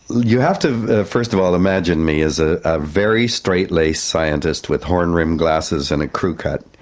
you have to first of all imagine me as a very straight-laced scientist with horn-rimmed glasses and a crew-cut,